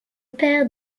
père